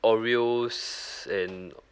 oreos and